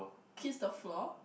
kiss the floor